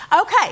Okay